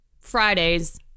Fridays